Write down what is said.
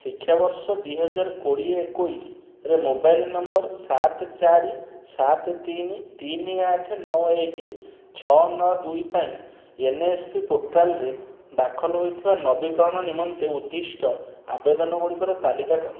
ଶିକ୍ଷାବର୍ଷ ଦୁଇ ହଜାର କୋଡ଼ିଏ ଏକୋଇଶରେ ମୋବାଇଲ ନମ୍ବର ସାତ ଚାରି ସାତ ତିନି ତିନି ଆଠ ନଅ ଏକ ଛଅ ନଅ ଦୁଇ ପାଇଁ ଏନ୍ ଏସ୍ ପି ପୋର୍ଟାଲ୍ରେ ଦାଖଲ ହୋଇଥିବା ନବୀକରଣ ନିମନ୍ତେ ଉଦ୍ଦିଷ୍ଟ ଆବେଦନ ଗୁଡ଼ିକର ତାଲିକା କର